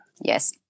yes